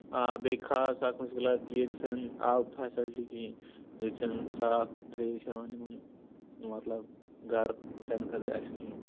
آ بیٚیہِ خاص اکھ مُشکِلات کہ ییٚتہ چھنہٕ آب فیسَلٹی کِہیٖنۍ ییٚتہ چھَنہٕ صاف تریش یِوان یمن مَطلَب گَرٕ چیٚنہٕ خٲطرٕ اَسہِ کِہیٖنۍ